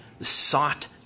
sought